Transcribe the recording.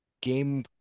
game